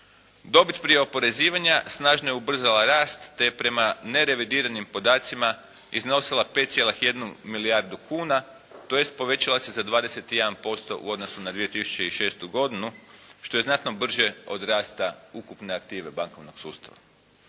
Dobit prije oporezivanja snažno je ubrzala rast te je prema nerevidiranim podacima iznosila 5,1 milijardu kuna tj. povećala se za 21% u odnosu na 2006. godinu što je znatno brže od rasta ukupne aktive bankovnog sustava.